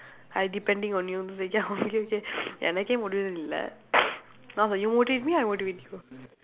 I depending on you he say ya okay okay எனக்கே:enakkee motivation இல்ல:illa I was like you motivate me I motivate you